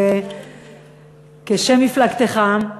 כשם מפלגתך,